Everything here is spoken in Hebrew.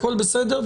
הכל בסדר,